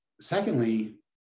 Secondly